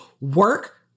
Work